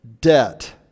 debt